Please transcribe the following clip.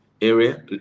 area